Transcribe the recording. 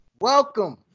Welcome